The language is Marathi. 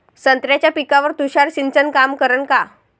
संत्र्याच्या पिकावर तुषार सिंचन काम करन का?